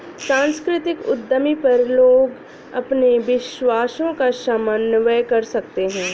सांस्कृतिक उद्यमी पर लोग अपने विश्वासों का समन्वय कर सकते है